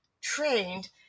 trained